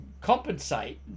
compensate